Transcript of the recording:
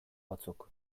batzuk